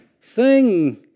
sing